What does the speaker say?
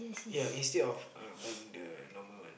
yeah instead of uh buying the normal one